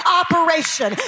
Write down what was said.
operation